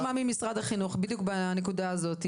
ממשרד החינוך בעניין הנקודה הזאת.